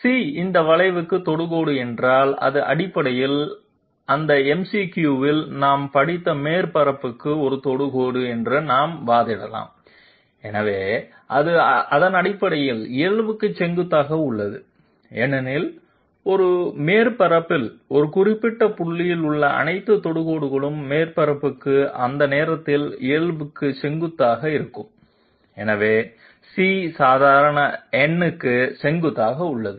c இந்த வளைவுக்கு தொடுகோடு என்றால் அது அடிப்படையில் அந்த MCQ இல் நாம் படித்த மேற்பரப்புக்கு ஒரு தொடுகோடு என்று நாம் வாதிடலாம் எனவே இது அடிப்படையில் இயல்புக்கு செங்குத்தாக உள்ளது ஏனெனில் ஒரு மேற்பரப்பில் ஒரு குறிப்பிட்ட புள்ளியில் உள்ள அனைத்து தொடுகோடுகளும் மேற்பரப்புக்கு அந்த நேரத்தில் இயல்புக்கு செங்குத்தாக இருக்கும்எனவே c சாதாரண n க்கு செங்குத்தாக உள்ளது